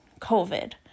COVID